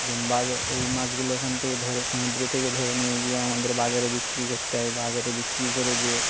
বাজার এই মাছগুলো এখান থেকে ধরে সমুদ্র থেকে ধরে নিয়ে গিয়ে আমাদের বাজারে বিক্রি করতে হয় বাজারে বিক্রি করে যে